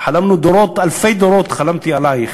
חלמנו דורות, אלפי דורות חלמתי עלייך.